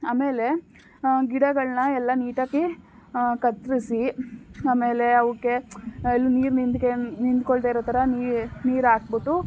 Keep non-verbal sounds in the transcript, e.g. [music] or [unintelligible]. ಆಮೇಲೆ ಗಿಡಗಳನ್ನ ಎಲ್ಲ ನೀಟಾಗಿ ಕತ್ತರಿಸಿ ಆಮೇಲೆ ಅವಕ್ಕೆ ಎಲ್ಲೂ ನೀರು [unintelligible] ನಿಂತುಕೊಳ್ದೆ ಇರೋ ಥರ ನೀರು ಹಾಕ್ಬಿಟ್ಟು